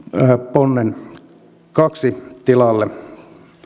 ponnen kahdelle tilalle